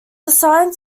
assigned